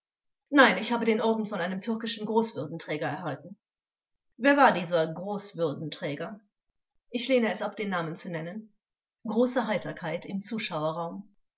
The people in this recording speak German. nein ich habe den orden von einem türkischen großwürdenträger erhalten vors wer war dieser großwürdenträger angekl ich lehne es ab den namen zu nennen große heiterkeit im zuschauerraum